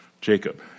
Jacob